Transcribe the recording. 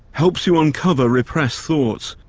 helps you uncover repressed thoughts.